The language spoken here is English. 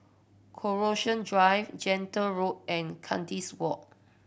Coronation Drive Gentle Road and Kandis Walk